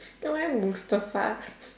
then why mustafa